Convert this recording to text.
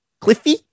Cliffy